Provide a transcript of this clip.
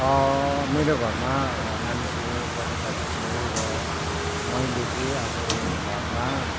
मेरो घरमा नानीको बर्थडे पार्टी थियो र मैले चाहिँ अब घरमा